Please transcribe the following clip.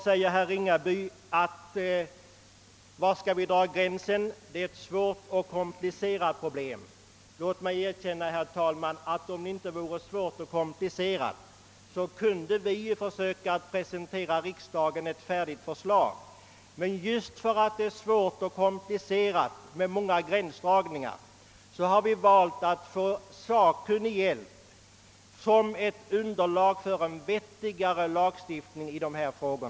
sen skall dras. Det är ett svårt och komplicerat problem, säger han. Låt mig erkänna, herr talman, att vi — om problemet inte vore svårt och komplicerat — skulle ha försökt presentera riksdagen ett färdigt förslag. Men just för att det är svårt och komplicerat med många besvärliga gränslinjer har vi valt att begära sakkunnig hjälp med underlagsmaterial i denna fråga.